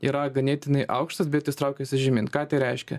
yra ganėtinai aukštas bet jis traukiasi žemyn ką tai reiškia